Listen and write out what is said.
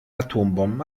atombomben